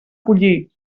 pollí